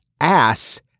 ass